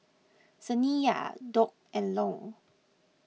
Saniya Doc and Long